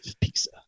pizza